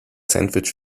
sandwich